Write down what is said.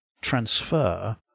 transfer